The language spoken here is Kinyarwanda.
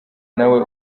nawe